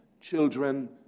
children